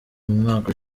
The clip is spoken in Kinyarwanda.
mwaka